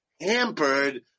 hampered